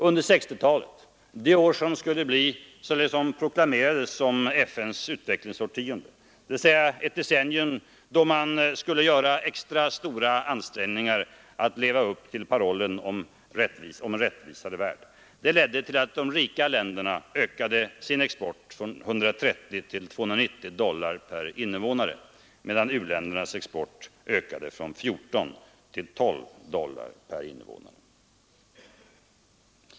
Under 1960-talet — som proklamerades såsom FN:s utvecklingsårtionde, dvs. det decennium då man skulle göra extra stora ansträngningar att leva upp till parollen om en rättvisare värld — ledde det till att de rika länderna ökade sin export från 130 till 290 dollar per invånare medan u-ländernas export bara ökade från 14 till 22 dollar per invånare.